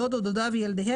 דוד או דודה וילדיהם,